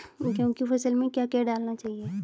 गेहूँ की फसल में क्या क्या डालना चाहिए?